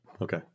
Okay